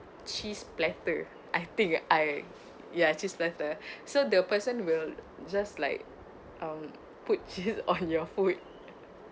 cheese platter I think I ya cheese platter so the person will just like um put cheese on your food